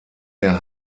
der